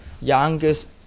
youngest